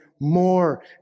more